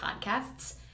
podcasts